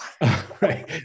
Right